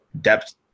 depth